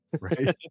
Right